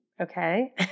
okay